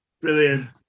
Brilliant